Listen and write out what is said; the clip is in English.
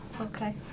okay